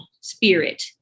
spirit